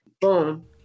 Boom